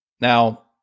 Now